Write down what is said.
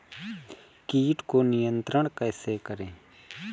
कीट को नियंत्रण कैसे करें?